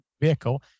vehicle